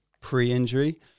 pre-injury